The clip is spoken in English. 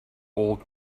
old